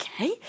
Okay